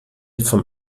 vom